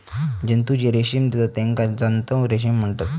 जंतु जे रेशीम देतत तेका जांतव रेशीम म्हणतत